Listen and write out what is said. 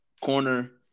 corner